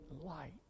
light